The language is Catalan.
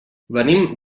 venim